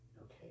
okay